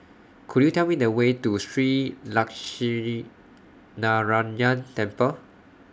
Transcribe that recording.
Could YOU Tell Me The Way to Shree Lakshminarayanan Temple